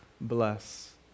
Bless